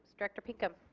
so director pinkham.